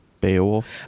Beowulf